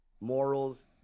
morals